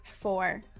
Four